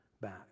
back